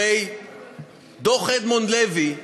הרי דוח אדמונד לוי,